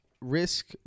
risk